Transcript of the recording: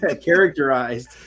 Characterized